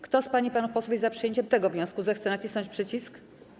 Kto z pań i panów posłów jest za przyjęciem tego wniosku, zechce nacisnąć przycisk.